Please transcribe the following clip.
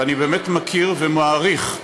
ואני באמת מכיר ומעריך,